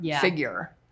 figure